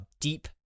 deep